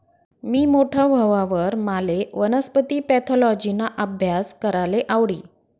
मी मोठा व्हवावर माले वनस्पती पॅथॉलॉजिना आभ्यास कराले आवडी